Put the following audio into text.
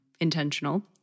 intentional